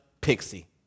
Pixie